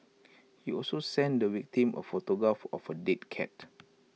he also sent the victim A photograph of A dead cat